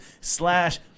slash